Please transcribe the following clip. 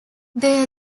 they